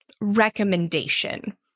recommendation